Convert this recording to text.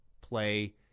play